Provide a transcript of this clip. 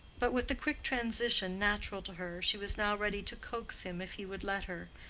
but with the quick transition natural to her, she was now ready to coax him if he would let her,